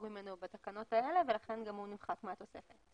ממנו בתקנות האלה ולכן גם הוא נמחק מהתוספת.